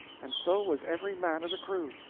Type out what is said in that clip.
and so was every man of the crew.